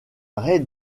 raie